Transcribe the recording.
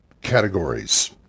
categories